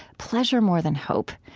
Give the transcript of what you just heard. pleasure more than hope,